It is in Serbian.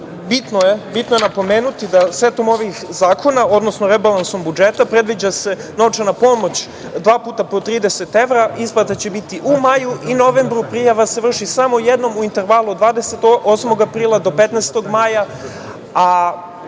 bitno je napomenuti da setom ovih zakona, odnosno rebalansom budžeta predviđa se novčana pomoć, dva puta po 30 evra. Isplata će biti u maju i novembru. Prijava se vrši samo jednom u intervalu od 28. aprila do 15. maja,